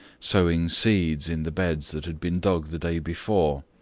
sowing seeds in the beds that had been dug the day before.